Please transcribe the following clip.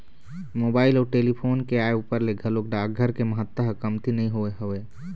mobile अउ telephone के आय ऊपर ले घलोक डाकघर के महत्ता ह कमती नइ होय हवय